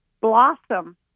blossom